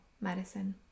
medicine